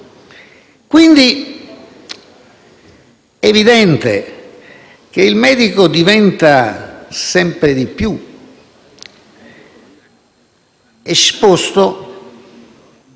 Quindi è evidente che il medico diventa sempre di più esposto